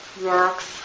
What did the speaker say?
works